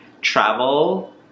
travel